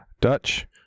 Dutch